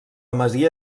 masia